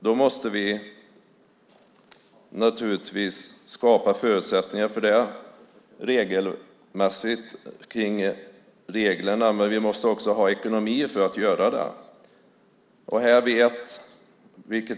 Vi måste skapa förutsättningar för det regelmässigt, men vi måste också ha ekonomi för att göra det.